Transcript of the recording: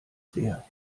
sehr